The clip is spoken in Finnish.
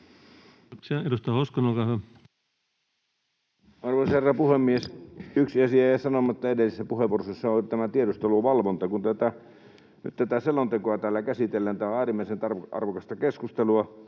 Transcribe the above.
Edustaja Hoskonen, olkaa hyvä. Arvoisa herra puhemies! Yksi asia jäi sanomatta edellisessä puheenvuorossa, ja se on tämä tiedusteluvalvonta. Kun nyt tätä selontekoa täällä käsitellään, tämä on äärimmäisen arvokasta keskustelua.